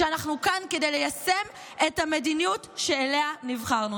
שאנחנו כאן כדי ליישם את המדיניות שאליה נבחרנו.